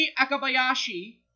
Akabayashi